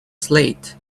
slate